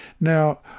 Now